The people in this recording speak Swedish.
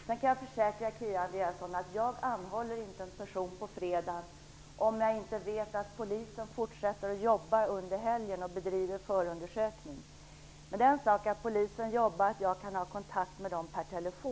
Jag kan försäkra Kia Andreasson att jag inte anhåller en person på fredagen om jag inte vet att polisen fortsätter att jobba under helgen och bedriver förundersökning. Det är en sak att polisen jobbar och att jag kan ha kontakt med den per telefon.